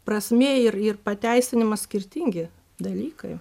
prasmė ir ir pateisinimas skirtingi dalykai